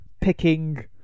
picking